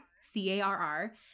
C-A-R-R